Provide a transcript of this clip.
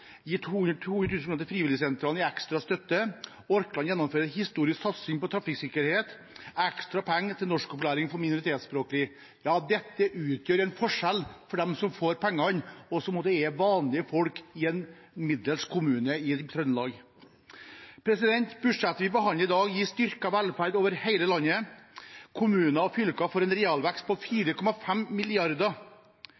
200 000 kr til frivilligsentralen i ekstra støtte Orkland gjennomfører en historisk satsing på trafikksikkerhet ekstra penger til norskopplæring for minoritetsspråklige Dette utgjør en forskjell for dem som får pengene, som er vanlige folk i en middels kommune i Trøndelag. Budsjettet vi behandler i dag, gir styrket velferd over hele landet. Kommuner og fylker får en realvekst på